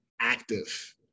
active